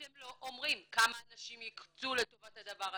אתם לא אומרים כמה אנשים יקצו לטובת הדבר הזה,